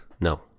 No